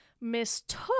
mistook